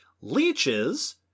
Leeches